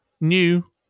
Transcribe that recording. new